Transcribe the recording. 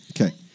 Okay